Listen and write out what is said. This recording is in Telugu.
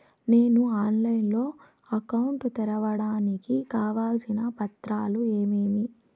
నేను ఆన్లైన్ లో అకౌంట్ తెరవడానికి కావాల్సిన పత్రాలు ఏమేమి?